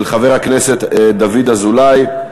של חבר הכנסת דוד אזולאי.